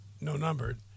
no-numbered